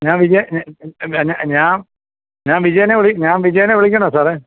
ഞാൻ വിജയ് എന്ന ഞാൻ ഞാൻ വിജയനെ വിളിച്ചു ഞാൻ വിജയനെ വിളിക്കണോ സാറേ